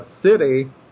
city